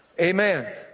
Amen